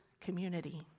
community